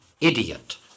idiot